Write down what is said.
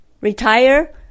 retire